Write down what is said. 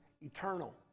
eternal